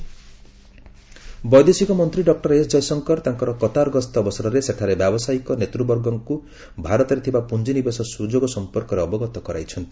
କ୍ଷୟଶଙ୍କର ବୈଦେଶିକ ମନ୍ତ୍ରୀ doctor S Jaishankar ତାଙ୍କର କତାର ଗସ୍ତ ଅବସରରେ ସେଠାରେ ବ୍ୟବସାୟିକ ନେତୃବର୍ଗଙ୍କୁ ଭାରତରେ ଥିବା ପୁଞ୍ଜିନିବେଶ ସୁଯୋଗ ସମ୍ପର୍କରେ ଅବଗତ କରାଇଛନ୍ତି